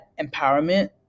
empowerment